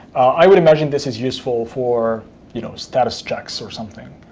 i would imagine this is useful for you know status checks or something.